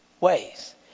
ways